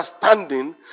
understanding